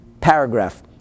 paragraph